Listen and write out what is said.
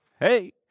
Hey